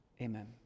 Amen